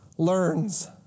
learns